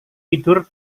tidur